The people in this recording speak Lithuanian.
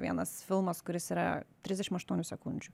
vienas filmas kuris yra trisdešim aštuonių sekundžių